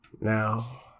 Now